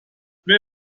wer